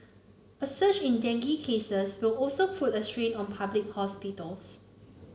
a surge in dengue cases will also put a strain on public hospitals